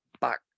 back